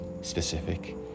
specific